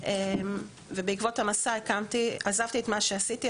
ובעקבות המסע עזבתי את מה שעשיתי.